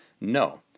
No